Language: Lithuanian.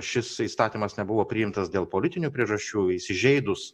šis įstatymas nebuvo priimtas dėl politinių priežasčių įsižeidus